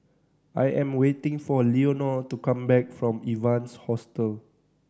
I am waiting for Leonor to come back from Evans Hostel